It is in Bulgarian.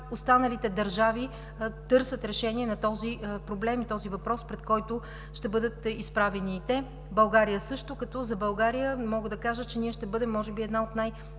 останалите държави търсят решение на този проблем и на този въпрос, пред който ще бъдат изправени и те, България също, като за България мога да кажа, че ние ще бъдем може би една от